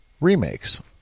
remakes